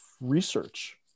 research